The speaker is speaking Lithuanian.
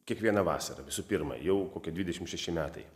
kiekvieną vasarą visų pirma jau kokie dvidešim šeši metai